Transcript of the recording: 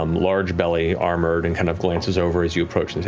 um large belly, armored, and kind of glances over as you approach and he